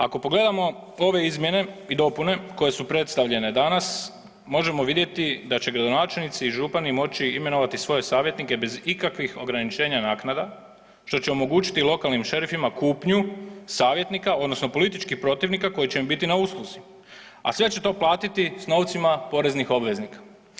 Ako pogledamo ove izmjene i dopune koje su predstavljene danas, možemo vidjeti da će gradonačelnici i župani moći imenovati svoje savjetnike bez ikakvih ograničenja naknada, što će omogućiti lokalnim šerifima kupnju savjetnika, odnosno političkih protivnika koji će im biti na usluzi, a sve će to platiti s novcima poreznih obveznika.